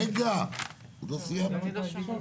אגרות והוצאות,